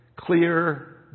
clear